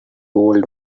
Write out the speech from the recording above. old